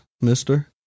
mister